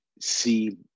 See